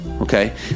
okay